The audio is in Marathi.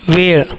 वेळ